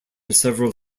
several